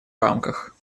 рамках